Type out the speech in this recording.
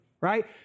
right